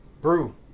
brew